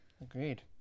Agreed